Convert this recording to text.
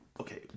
Okay